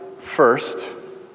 first